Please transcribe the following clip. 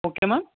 okay madam